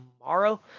tomorrow